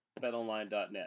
betonline.net